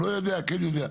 לא יודע כן יודע.